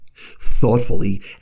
Thoughtfully